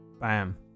Bam